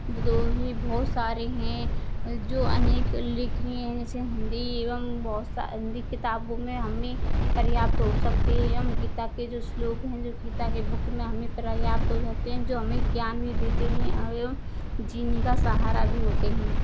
दो ही बहुत सारे हैं जो अनेक लेखनीय हैं जैसे हिंदी एवं बहुत सा हिंदी किताबॉन में हमने पर्याप्त हो सकते एवं गीता के जो श्लोक हैं जो गीता के बुक में हमें पर्याप्त हो जाते हैं जो हमें ज्ञान भी देते हैं एवं जीने का सहारा भी होते हैं